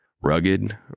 Rugged